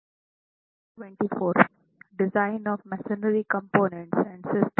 शुभ प्रभात